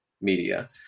media